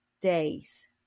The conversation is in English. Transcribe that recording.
days